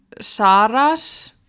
Sarah's